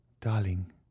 darling